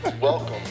Welcome